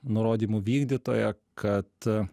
nurodymų vykdytoja kad